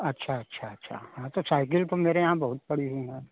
अच्छा अच्छा अच्छा हाँ तो साइकिल तो मेरे यहाँ बहुत पड़ी हुईं हैं